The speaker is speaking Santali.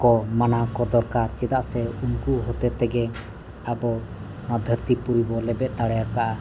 ᱠᱚ ᱢᱟᱱᱟᱣ ᱠᱚ ᱫᱚᱨᱠᱟᱨ ᱪᱮᱫᱟᱜ ᱥᱮ ᱩᱱᱠᱩ ᱦᱚᱛᱮ ᱛᱮᱜᱮ ᱟᱵᱚ ᱱᱚᱣᱟ ᱫᱷᱟᱹᱨᱛᱤ ᱯᱩᱨᱤ ᱵᱚᱱ ᱞᱮᱵᱮᱫ ᱫᱟᱲᱮ ᱟᱠᱟᱫᱼᱟ